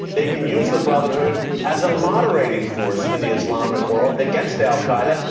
they can use the brotherhood as a moderating force in the islamic world, against al qaeda.